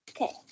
Okay